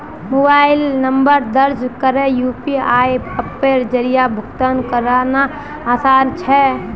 mobile number दर्ज करे UPI अप्पेर जरिया भुगतान करना आसान छे